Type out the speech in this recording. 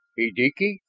a dusky